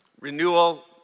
Renewal